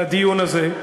לדיון הזה,